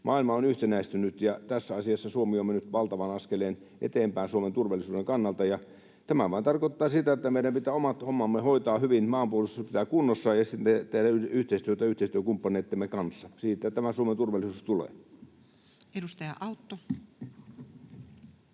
Maailma on yhtenäistynyt, ja tässä asiassa Suomi on mennyt valtavan askeleen eteenpäin Suomen turvallisuuden kannalta. Ja tämä vain tarkoittaa sitä, että meidän pitää omat hommamme hoitaa hyvin, maanpuolustus pitää pitää kunnossa ja tehdä yhteistyötä yhteistyökumppaneittemme kanssa. Siitä tämä Suomen turvallisuus tulee. [Speech 39]